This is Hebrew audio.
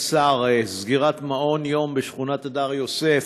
אדוני השר, סגירת מעון יום בשכונת הדר יוסף,